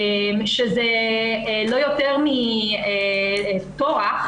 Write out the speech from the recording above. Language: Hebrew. שזה לא יותר מכורח,